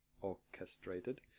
orchestrated